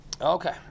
Okay